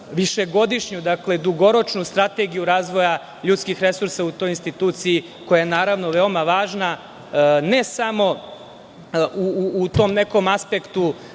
višegodišnju, dugoročnu strategiju razvoja ljudskih resursa u toj instituciji koja je veoma važna, ne samo u tom nekom aspektu